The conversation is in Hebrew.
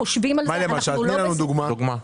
תני לנו דוגמה.